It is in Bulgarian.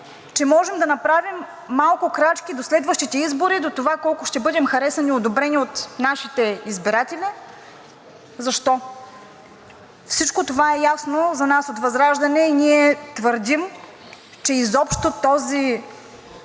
че можем да направим малко крачки до следващите избори, до това колко ще бъдем харесани и одобрени от нашите избиратели. Защо? Всичко това е ясно за нас от ВЪЗРАЖДАНЕ и ние твърдим, че изобщо този план